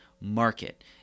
market